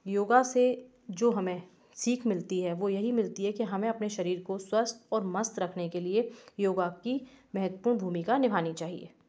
योगा से जो हमें सीख मिलती है वह यही मिलती है कि में अपने शरीर को स्वस्थ और मस्त रखने के लिए योगा की महत्वपूर्ण भूमिका निभानी चाहिए